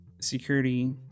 security